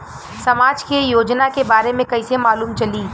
समाज के योजना के बारे में कैसे मालूम चली?